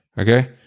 okay